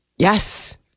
Yes